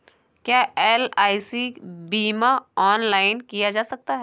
क्या एल.आई.सी बीमा ऑनलाइन किया जा सकता है?